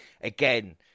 again